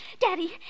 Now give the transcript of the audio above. Daddy